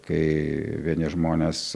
kai vieni žmonės